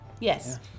Yes